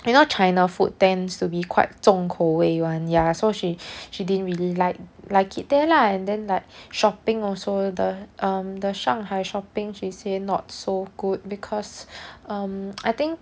you know china food tends to be quite 重口味 [one] ya so she she didn't really like like it there lah and then like shopping also the um the shanghai shopping she say not so good because um I think